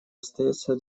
остается